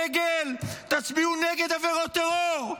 דגל, תצביעו נגד עבירות טרור.